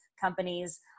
companies